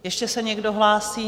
Ještě se někdo hlásí?